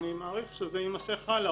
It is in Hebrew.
אני מעריך שזה יימשך הלאה,